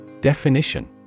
Definition